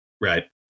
Right